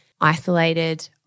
isolated